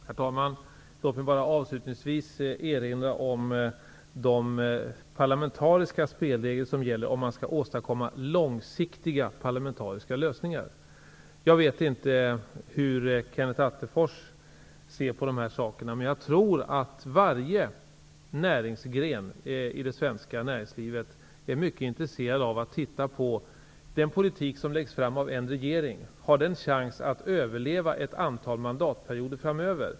Herr talman! Låt mig bara avslutningsvis erinra om de parlamentariska spelregler som gäller om man skall åstadkomma långsiktiga parlamentariska lösningar. Jag vet inte hur Kenneth Attefors ser på de här sakerna, men jag tror att det inom varje näringsgren i det svenska näringslivet finns ett mycket stort intresse av att titta på den politik som läggs fram av en regering. Har den chans att överleva ett antal mandatperioder framöver?